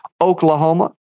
Oklahoma